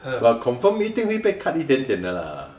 but confirm 一定会被 cut 一点点的 lah